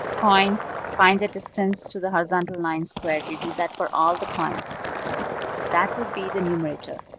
points, find the distance to the horizontal line squared. you do that for all the points. so that would be the numerator.